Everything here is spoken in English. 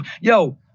yo